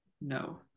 no